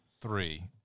three